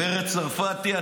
גברת צרפתי,